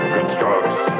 Constructs